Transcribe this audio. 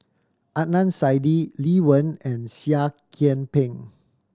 Adnan Saidi Lee Wen and Seah Kian Peng